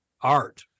art